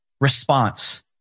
response